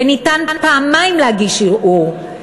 וניתן פעמיים להגיש ערעור.